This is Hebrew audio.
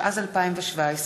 התשע"ז 2017,